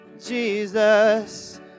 Jesus